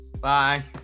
Bye